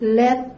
let